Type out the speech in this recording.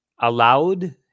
allowed